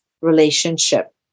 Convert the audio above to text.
relationship